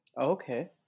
Okay